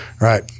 Right